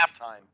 halftime